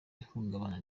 ihungabana